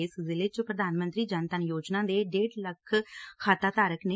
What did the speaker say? ਇਸ ਜ਼ਿਲ੍ਹੇ ਚ ਪ੍ਧਾਨ ਮੰਤਰੀ ਜਨ ਧਨ ਯੋਜਨਾ ਦੇ ਡੇਢ ਲੱਖ ਖਾਤਾ ਧਾਰਕ ਨੇ